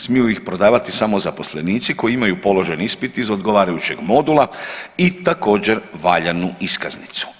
Smiju ih prodavati samo zaposlenici koji imaju položen ispit iz odgovarajućeg modula i također valjanu iskaznicu.